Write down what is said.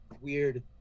weird